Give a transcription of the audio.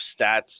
stats